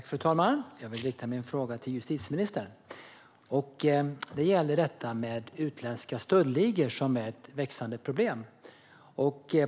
Fru talman! Jag riktar min fråga till justitieministern. Utländska stöldligor är ett växande problem.